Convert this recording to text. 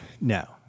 No